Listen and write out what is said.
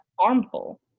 harmful